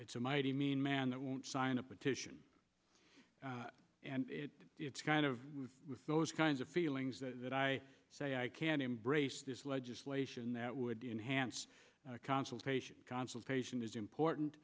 s mighty mean man that won't sign a petition and it's kind of those kinds of feelings that i say i can embrace this legislation that would enhance consultation consultation is important